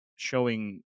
showing